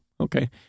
okay